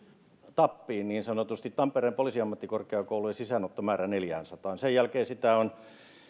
niin sanotusti tappiin neljäänsataan tampereen poliisiammattikorkeakoulun sisäänottomäärä sen jälkeen ovat